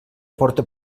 porta